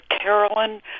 Carolyn